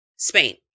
Spain